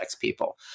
people